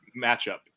matchup